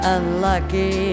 Unlucky